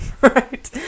right